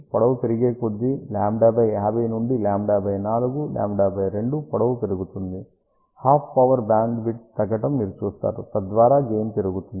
పొడవు పెరిగే కొద్దీ λ 50 నుండి λ 4 λ 2 పొడవు పెరుగుతుంది హాఫ్ పవర్ బీమ్ విడ్త్ తగ్గటం మీరు చూస్తారు తద్వారా గెయిన్ పెరుగుతుంది